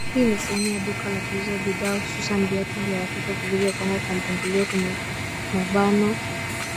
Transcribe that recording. Hii ni sehemu ya duka la kuuza bidhaa hususan viatu vya watoto vilivyopangwa kwa mpangilio kwenye mabano